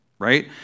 right